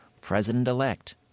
president-elect